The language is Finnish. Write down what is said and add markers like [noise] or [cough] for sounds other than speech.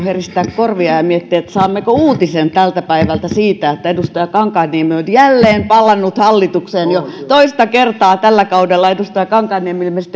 [unintelligible] heristää korvia ja miettiä saammeko uutisen tältä päivältä siitä että edustaja kankaanniemi on jälleen palannut hallitukseen jo toista kertaa tällä kaudella edustaja kankaanniemi